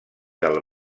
del